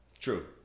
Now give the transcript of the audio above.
True